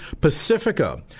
Pacifica